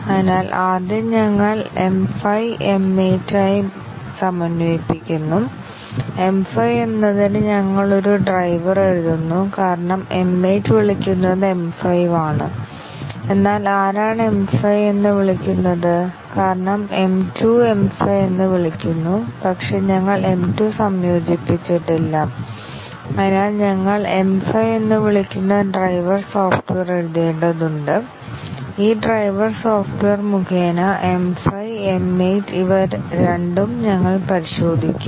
അതിനാൽ ആദ്യം ഞങ്ങൾ M 5 M 8 മായി സമന്വയിപ്പിക്കുന്നു M 5 എന്നതിന് ഞങ്ങൾ ഒരു ഡ്രൈവർ എഴുതുന്നു കാരണം M 8 വിളിക്കുന്നത് M 5 ആണ് എന്നാൽ ആരാണ് M 5 എന്ന് വിളിക്കുന്നത് കാരണം M 2 M 5 എന്ന് വിളിക്കുന്നു പക്ഷേ ഞങ്ങൾ M 2 സംയോജിപ്പിച്ചിട്ടില്ല അതിനാൽ ഞങ്ങൾ M 5 എന്ന് വിളിക്കുന്ന ഡ്രൈവർ സോഫ്റ്റ്വെയർ എഴുതേണ്ടതുണ്ട് ഈ ഡ്രൈവർ സോഫ്റ്റ്വെയർ മുഖേന M 5 M 8 ഇവ രണ്ടും ഞങ്ങൾ പരിശോധിക്കും